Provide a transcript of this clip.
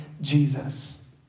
Jesus